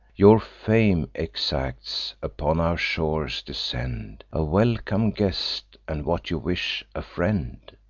your fame exacts. upon our shores descend. a welcome guest and, what you wish, a friend.